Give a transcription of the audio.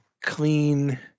clean